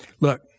Look